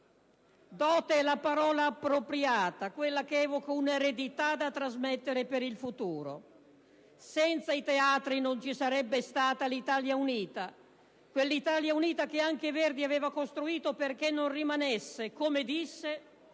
dote, è la parola appropriata, quella che evoca un'eredità da trasmettere per il futuro. Senza i teatri non ci sarebbe stata l'Italia unita, quell'Italia unita che anche Verdi aveva costruito perché non rimanesse - come disse